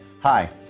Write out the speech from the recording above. Hi